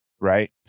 right